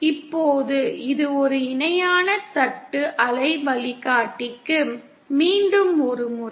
இப்போது இது ஒரு இணையான தட்டு அலை வழிகாட்டிக்கு மீண்டும் ஒரு முறை